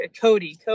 Cody